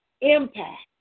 impact